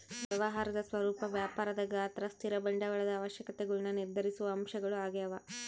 ವ್ಯವಹಾರದ ಸ್ವರೂಪ ವ್ಯಾಪಾರದ ಗಾತ್ರ ಸ್ಥಿರ ಬಂಡವಾಳದ ಅವಶ್ಯಕತೆಗುಳ್ನ ನಿರ್ಧರಿಸುವ ಅಂಶಗಳು ಆಗ್ಯವ